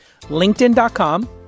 LinkedIn.com